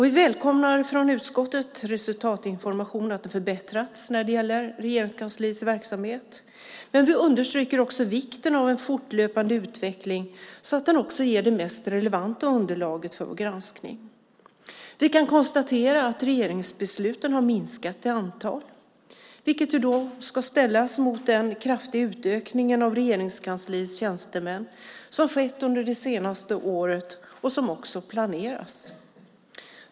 Vi välkomnar från utskottet resultatinformationen att Regeringskansliets verksamhet har förbättrats, men vi understryker också vikten av en fortlöpande utveckling så att den också ger det mest relevanta underlaget för vår granskning. Vi kan konstatera att regeringsbesluten har minskat i antal, vilket ska ställas mot den kraftiga utökningen av Regeringskansliets tjänstemän som har skett under det senaste året och som också planeras.